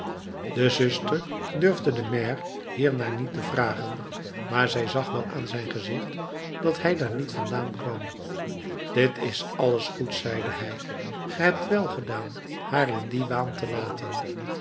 den maire hiernaar niet vragen maar zij zag wel aan zijn gezicht dat hij daar niet vandaan kwam dit is alles goed zeide hij ge hebt wel gedaan haar in dien waan te laten